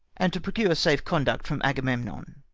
and to procure safe conduct from agamemnon.